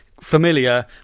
familiar